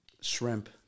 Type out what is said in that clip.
shrimp